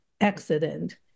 accident